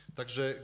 także